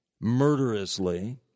murderously